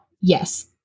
Yes